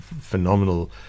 phenomenal